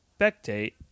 spectate